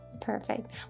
Perfect